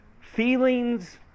Feelings